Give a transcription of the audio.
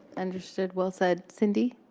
understood. well said. cindy.